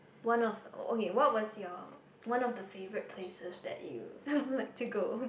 one of okay what was your one of the favourite places that you like to go